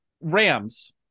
Rams